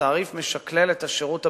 התעריף משקלל את השירות הבסיסי,